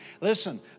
Listen